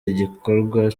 igikorwa